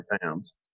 pounds